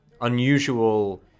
unusual